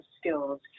skills